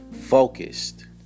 Focused